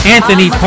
Anthony